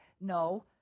No